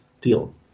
deal